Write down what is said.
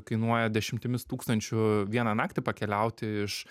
kainuoja dešimtimis tūkstančių vieną naktį pakeliauti iš